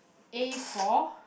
A for